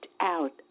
out